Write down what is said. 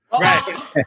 Right